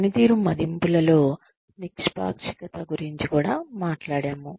పనితీరు మదింపులలో నిష్పాక్షికత గురించి కూడా మాట్లాడాము